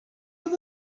oedd